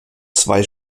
zwei